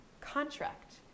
contract